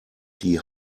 die